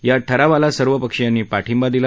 या ठरावाला सर्वपक्षीयांनी पाठिंबा दिला